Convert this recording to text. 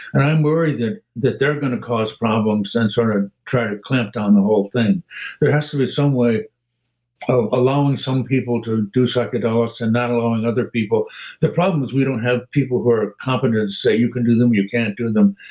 and i'm worried that that they're going to cause problems and sort of try to clamp down the whole thing there has to be some way of allowing some people to do psychedelics and not allowing other people the problem is we don't have people who are confident to say, you can do them. you can't do them.